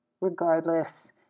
Regardless